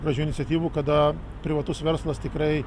gražių iniciatyvų kada privatus verslas tikrai